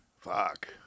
Fuck